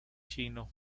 chino